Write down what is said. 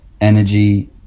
energy